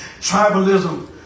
Tribalism